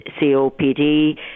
COPD